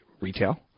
retail